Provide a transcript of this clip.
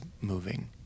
moving